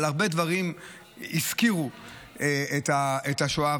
אבל הרבה דברים הזכירו את השואה.